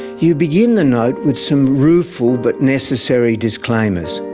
you begin the note with some rueful but necessary disclaimers.